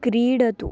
क्रीडतु